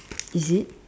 is it